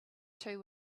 two